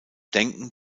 denken